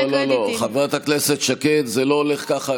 לא, לא, לא, חברת הכנסת שקד, זה לא הולך ככה.